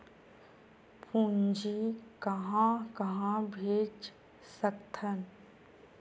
पूंजी कहां कहा भेज सकथन?